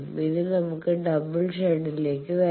ഇനി നമുക്ക് ഡബിൾ ഷണ്ടിലേക്ക് വരാം